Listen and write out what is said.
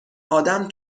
آدم